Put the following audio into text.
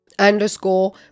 underscore